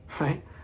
right